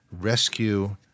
rescue